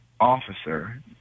officer